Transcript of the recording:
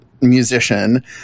musician